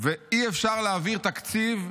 ואי-אפשר להעביר תקציב,